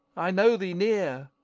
i know thee near,